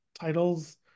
titles